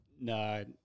No